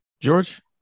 George